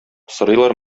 сорыйлар